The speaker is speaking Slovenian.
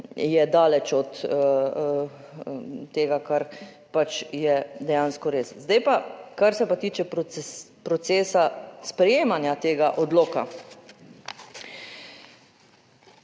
je daleč od tega, kar pač je dejansko res. Zdaj pa, kar se pa tiče procesa sprejemanja tega odloka.